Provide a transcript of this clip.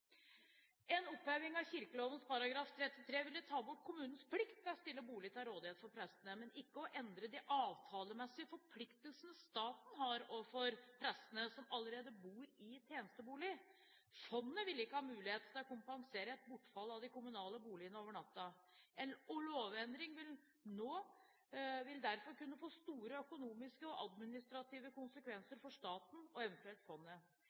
En oppheving av kirkeloven § 33 ville ta bort kommunenes plikt til å stille bolig til rådighet for prestene, men ville ikke endre de avtalemessige forpliktelsene staten har overfor prestene som allerede bor i tjenestebolig. Fondet vil ikke ha mulighet til å kompensere et bortfall av de kommunale boligene over natten. En lovendring nå ville derfor kunne få store økonomiske og administrative konsekvenser for staten og eventuelt for fondet.